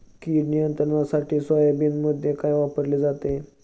कीड नियंत्रणासाठी सोयाबीनमध्ये काय वापरले जाते?